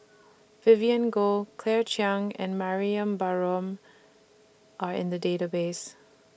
Vivien Goh Claire Chiang and Mariam Barome Are in The Database